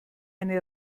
eine